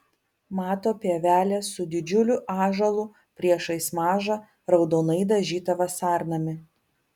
mato pievelę su didžiuliu ąžuolu priešais mažą raudonai dažytą vasarnamį